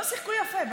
לא שיחקו יפה.